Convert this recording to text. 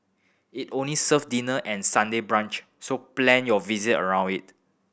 it only serve dinner and Sunday brunch so plan your visit around it